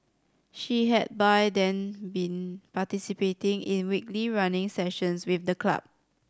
she had by then been participating in weekly running sessions with the club